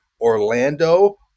Orlando